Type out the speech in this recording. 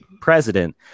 president